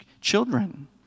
children